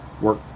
work